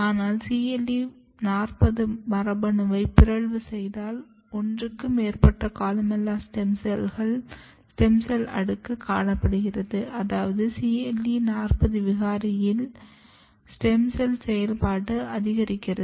ஆனால் CLE 40 மரபணுவை பிறழ்வு செய்தால் ஒன்றுக்கு மேற்பட்ட கொலுமெல்லா ஸ்டெம் செல் அடுக்கு காணப்படுகிறது அதாவது CLE 40 விகாரியினால் ஸ்டெம் செல் செயல்பாடு அதிகரிக்கிறது